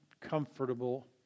comfortable